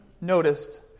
noticed